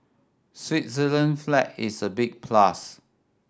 Switzerland flag is a big plus